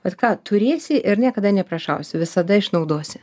vat ką turėsi ir niekada neprašausi visada išnaudosi